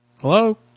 Hello